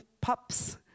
pups